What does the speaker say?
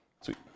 Sweet